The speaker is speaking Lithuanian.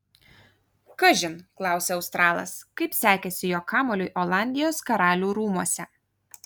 kažin klausia australas kaip sekėsi jo kamuoliui olandijos karalių rūmuose